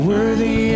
Worthy